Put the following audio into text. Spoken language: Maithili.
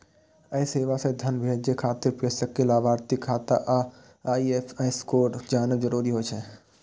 एहि सेवा सं धन भेजै खातिर प्रेषक कें लाभार्थीक खाता आ आई.एफ.एस कोड जानब जरूरी होइ छै